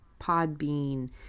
Podbean